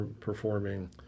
performing